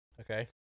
Okay